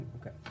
Okay